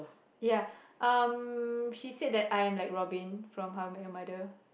ya um she said that I am like Robin from how-I-met-your-mother